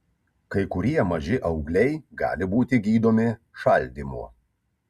kai kurie maži augliai gali būti gydomi šaldymu